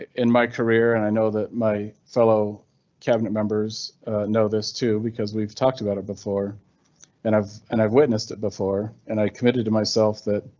in mycareer and i know that my fellow cabinet members know this too, because we've talked about it before and i've and i've witnessed it before and i committed to myself that.